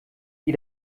die